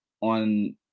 on